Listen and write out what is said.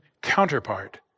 counterpart